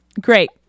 Great